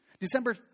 December